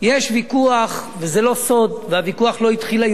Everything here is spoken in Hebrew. יש ויכוח, וזה לא סוד, והוויכוח לא התחיל היום.